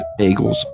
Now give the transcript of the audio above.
Bagels